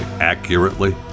accurately